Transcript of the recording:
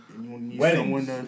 Weddings